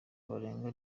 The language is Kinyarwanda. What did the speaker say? barenga